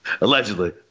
Allegedly